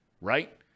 right